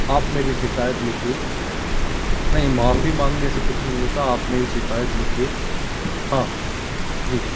आप मेरी शिकायत लिखिए नहीं माफ़ी माँगने से कुछ नहीं होता आप मेरी शिकायत लिखिए हाँ जी